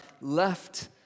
left